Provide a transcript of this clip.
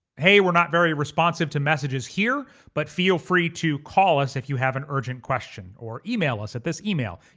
hey, we're not very responsive to messages here but feel free to call us if you have an urgent question or email us at this email.